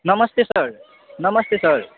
नमस्ते सर नमस्ते सर